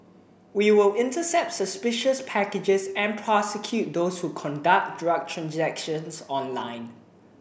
we will intercept suspicious packages and prosecute those who conduct drug transactions online